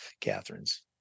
Catherine's